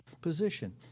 position